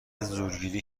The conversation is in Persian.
زورگیری